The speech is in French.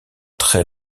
très